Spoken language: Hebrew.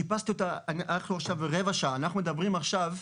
רבע שעה אנחנו מדברים עכשיו,